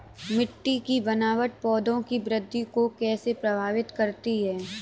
मिट्टी की बनावट पौधों की वृद्धि को कैसे प्रभावित करती है?